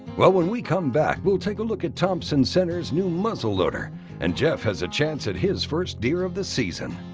well when we come back, we'll take a look at thompson center's new muzzleloader and jeff has a chance at his first deer of the season.